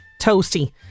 toasty